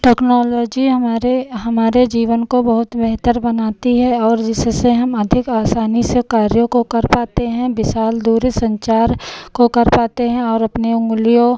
technology हमारे हमारे जीवन को बहुत बेहतर बनाती है और जिससे हम अधिक आसानी से कार्यों को कर पाते हैं विशाल दूरी संचार को कर पाते हैं और अपने उँगलियों